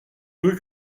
veut